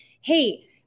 hey